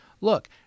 Look